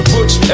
Butch